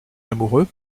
amoureux